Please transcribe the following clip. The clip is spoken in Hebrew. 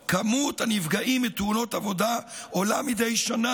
"כמות הנפגעים מתאונות עבודה עולה מדי שנה,